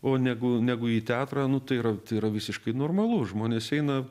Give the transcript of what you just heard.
o negu negu į teatrą nu tai yra tai yra visiškai normalu žmonės eina